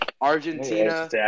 Argentina